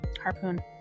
Harpoon